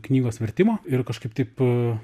knygos vertimo ir kažkaip taip